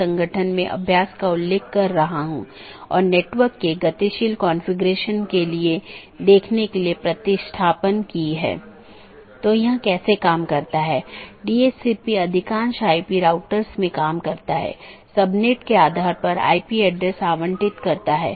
इसलिए open message दो BGP साथियों के बीच एक सेशन खोलने के लिए है दूसरा अपडेट है BGP साथियों के बीच राउटिंग जानकारी को सही अपडेट करना